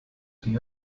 die